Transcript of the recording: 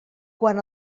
quan